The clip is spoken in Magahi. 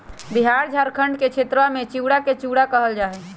बिहार झारखंड के क्षेत्रवा में चिड़वा के चूड़ा कहल जाहई